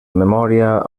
memòria